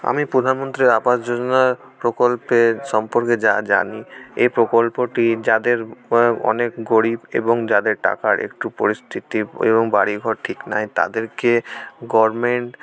আমি প্রধানমন্ত্রী আবাস যোজনার প্রকল্পের সম্পর্কে যা জানি এ প্রকল্পটি যাদের অনেক গরীব এবং যাদের টাকার একটু পরিস্থিতি এবং বাড়ি ঘর ঠিক নাই তাদেরকে গভর্নমেন্ট